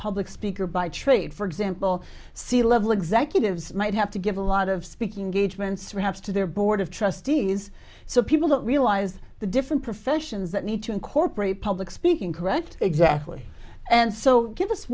public speaker by trade for example c level executives might have to give a lot of speaking engagements perhaps to their board of trustees so people don't realize the different professions that need to incorporate public speaking correct exactly and so give us